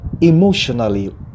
emotionally